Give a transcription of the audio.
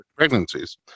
pregnancies